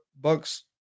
Bucks